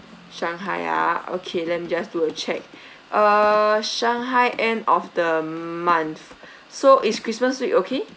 shanghai ah okay let me just do a check err shanghai end of the month so is christmas week okay